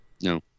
No